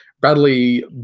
Bradley